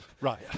Right